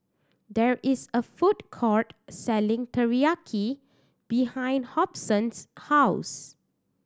there is a food court selling Teriyaki behind Hobson's house